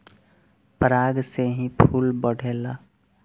पराग से ही फूल बढ़ेला